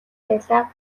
байлаа